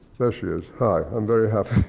there she is. hi, i'm very happy